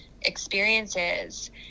experiences